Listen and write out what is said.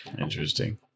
Interesting